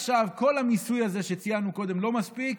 עכשיו כל המיסוי הזה שציינו קודם לא מספיק,